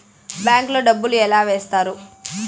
bank లో డబ్బులు ఎలా వేస్తారు